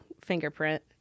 fingerprint